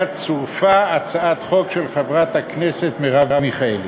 צורפה הצעת חוק של חברת הכנסת מרב מיכאלי.